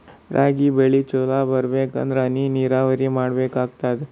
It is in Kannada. ರಾಗಿ ಬೆಳಿ ಚಲೋ ಬರಬೇಕಂದರ ಹನಿ ನೀರಾವರಿ ಬೇಕಾಗತದ?